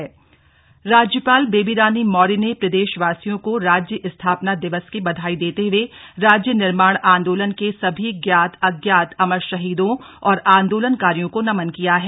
राज्यपाल शुभकामनाएं राज्यपाल बेबी रानी मौर्य ने प्रदेश वासियों को राज्य स्थापना दिवस की बधाई देते हुए राज्य निर्माण आंदोलन के सभी ज्ञात अज्ञात अमर शहीदों और आंदोलनकारियों को नमन किया है